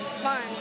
fun